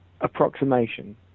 approximation